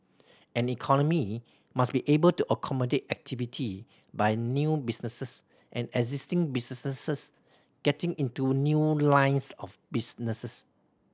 an economy must be able to accommodate activity by new businesses and existing businesses getting into new lines of businesses